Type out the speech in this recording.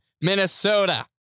Minnesota